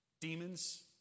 demons